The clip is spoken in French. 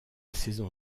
saison